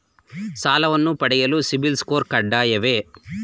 ಸಾಲವನ್ನು ಪಡೆಯಲು ಸಿಬಿಲ್ ಸ್ಕೋರ್ ಕಡ್ಡಾಯವೇ?